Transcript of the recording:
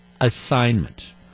assignment